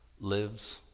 lives